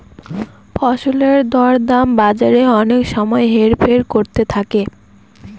ফসলের দর দাম বাজারে অনেক সময় হেরফের করতে থাকে